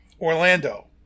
Orlando